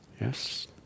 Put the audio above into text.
Yes